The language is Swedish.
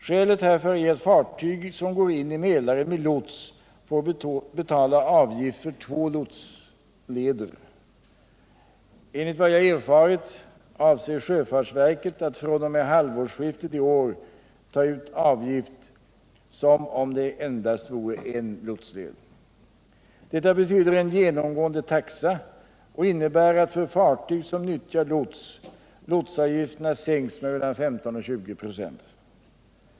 Skälet härför är att fartyg som går in i Mälaren med lots får betala avgift för två lotsleder. Enligt vad jag erfarit avser sjöfartsverket att fr.o.m. halvårsskiftet i år ta ut avgift som om det vore endast en lotsled. Detta betyder en genomgående taxa och innebär att för de fartyg som nyttjar lots lotsavgifterna sänks med mellan 15 och 20 96.